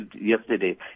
yesterday